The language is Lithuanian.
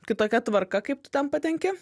kitokia tvarka kaip tu ten patenki